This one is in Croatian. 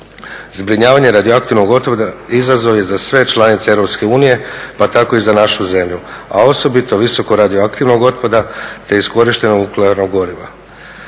Zbrinjavanje radioaktivnog otpada izazov je za sve članice EU pa tako i za našu zemlju, a osobito visoko radioaktivnog otpada te iskorištenog nuklearnog goriva.